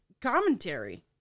commentary